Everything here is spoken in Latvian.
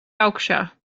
augšā